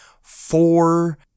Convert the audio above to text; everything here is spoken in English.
four